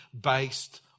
based